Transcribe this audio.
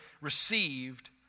received